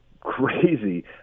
crazy